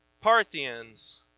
Parthians